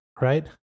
right